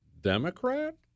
Democrat